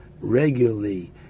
regularly